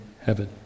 heaven